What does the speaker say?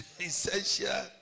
essential